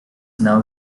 now